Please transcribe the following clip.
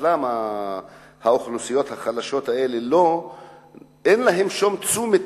ולמה לאוכלוסיות החלשות האלה אין שום תשומת